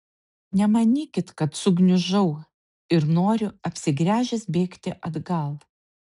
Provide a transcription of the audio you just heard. nemanykit kad sugniužau ir noriu apsigręžęs bėgti atgal